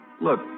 Look